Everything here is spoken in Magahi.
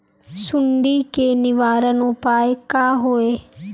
सुंडी के निवारण उपाय का होए?